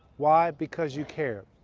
why? because you care.